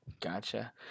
Gotcha